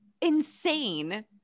insane